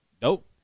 Dope